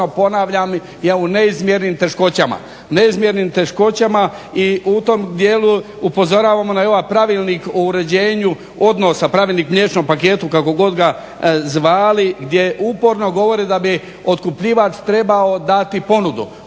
ponavljam je u neizmjernim teškoćama i u tom dijelu upozoravamo na ovaj pravilnik o uređenju odnosa, pravilnik mliječnom paketu kako god ga zvali gdje uporno govore da bi otkupljivač trebao dati ponudu.